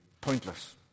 pointless